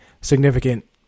significant